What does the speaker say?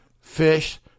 fish